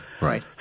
right